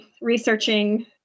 researching